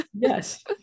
Yes